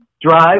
drive